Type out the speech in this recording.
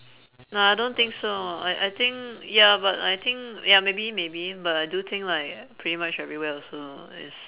no I don't think so I I think ya but I think ya maybe maybe but I do think like pretty much everywhere also is